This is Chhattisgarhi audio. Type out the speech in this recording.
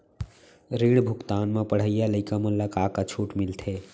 ऋण भुगतान म पढ़इया लइका मन ला का का छूट मिलथे?